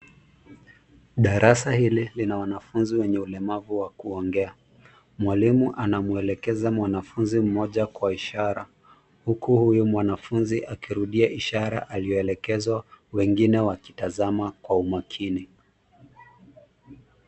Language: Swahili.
Darasa ile linawanafunzi wenye ulemavu wa kuongea. Mwalimu anamwelekeza mwanafunzi mmoja kwa ishara huku huyo mwanafunzi akirudia ishara aliyo elekezwa wengine wakitazama kwa umakini.